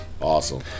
Awesome